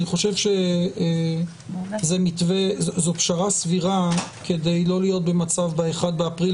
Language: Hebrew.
אני חושב שזו פשרה סבירה כדי לא להיות במצב ב-1 באפריל,